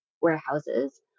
warehouses